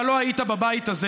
אתה לא היית בבית הזה.